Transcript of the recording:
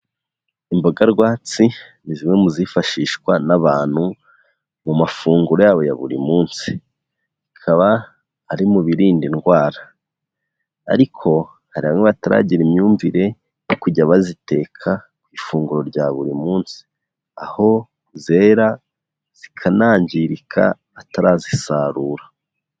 Imboga rwatsi ni zimwe mu zifashishwa n'abantu mu mafunguro yabo ya buri munsi, zikaba ziri mu birinda indwara, ariko hari bamwe bataragira imyumvire yo kujya baziteka ku ifunguro ya buri munsi, aho zera zikanangirika atarazisarura.